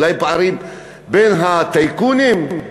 אולי פערים בין הטייקונים,